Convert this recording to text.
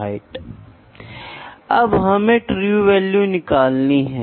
tertiary measurement ternary measurement में दो अनुवाद शामिल हैं